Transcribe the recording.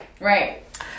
Right